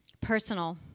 personal